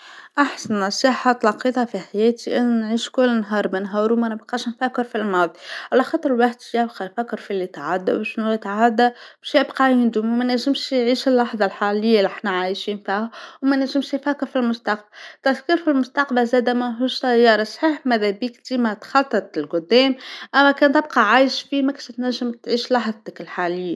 أحسن نصيحة تلاقيتها في حياتي أن نعيش كل نهار بنهارو ما نبقاش نفكر في الماضي على خاطر الواحد ايش يبقى يفكر ف اللى تعد وشنو يتعدى بيش يبقى يندم ما نجمش يعيش اللحظة الحالية لي حنا عايشين فيها وما نجمش يفكر في المستقبل، التفكير في المستقبل زادا ماهوش سيارة سه ماذا بيك ديما تخطط للقدام لكن تبقى عايش فيما تنجم تعيش لحظتك الحالية.